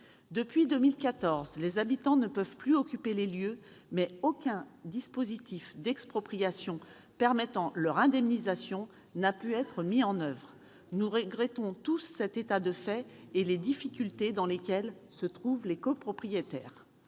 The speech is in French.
Depuis 2014, les habitants ne peuvent plus occuper les lieux, mais aucun dispositif d'expropriation permettant leur indemnisation n'a pu être mis en oeuvre. Nous regrettons tous cet état de fait et les difficultés dans lesquelles se trouvent les copropriétaires.